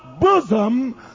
bosom